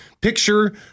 picture